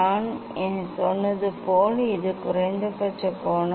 நான் நான் சொன்னது போல் இது குறைந்தபட்ச கோணம்